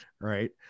right